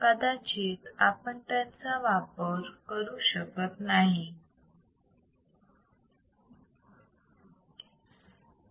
कदाचित आपण त्यांचा वापर हाय फ्रिक्वेन्सी साठी करू शकत नाही